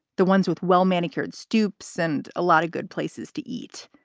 the ones with well manicured stoops and a lot of good places to eat.